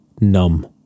numb